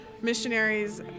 missionaries